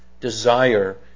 desire